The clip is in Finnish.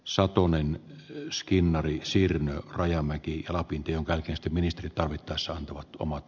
saukkonen skinnarin sir rajamäki lapintie on kaikesta ministerit tarvittaessa antavat omat